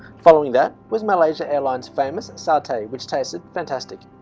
following that with malaysia airlines famous, satay which tasted fantastic.